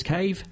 Cave